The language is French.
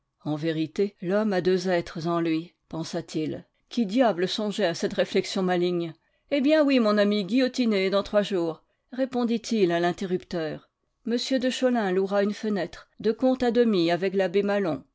en vérité l'homme a deux êtres en lui pensa-t-il qui diable songeait à cette réflexion maligne eh bien oui mon ami guillotiné dans trois jours répondit-il à l'interrupteur m de cholin louera une fenêtre de compte à demi avec l'abbé maslon